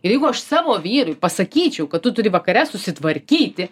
ir jeigu aš savo vyrui pasakyčiau kad tu turi vakare susitvarkyti